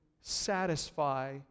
satisfy